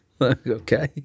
Okay